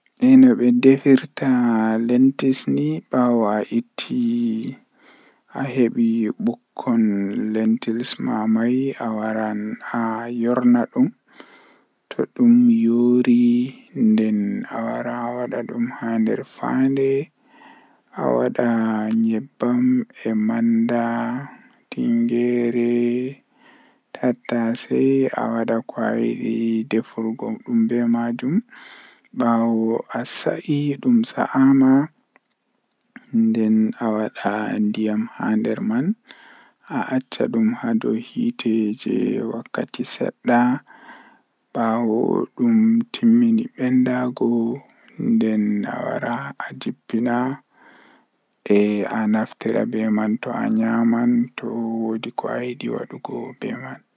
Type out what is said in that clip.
Eey, ko waɗi ko neɗɗo ɗoo waɗataa hakkunde ngoodi haalde e leydi ɗum so he saayi. Ko aduna maa waɗanaa ɗum ɗoo ɗi famataa ngam njogorde maa, e waɗal kadi, ɗum woni laawol laamu. So a heɓata ɗam ngoodi ka leydi fof e jam e nder laamu, ɗum waɗata heɓre ngoodi ɗi waɗande faamugol aduna.